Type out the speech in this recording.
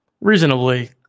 reasonably